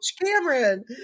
Cameron